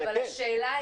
זה מקל,